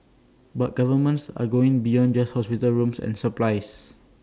but governments are going beyond just hospital rooms and supplies